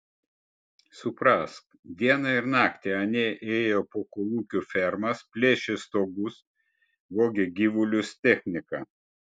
suprask dieną ir naktį anie ėjo po kolūkių fermas plėšė stogus vogė gyvulius techniką